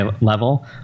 level